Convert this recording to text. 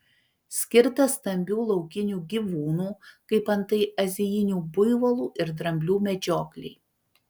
skirtas stambių laukinių gyvūnų kaip antai azijinių buivolų ir dramblių medžioklei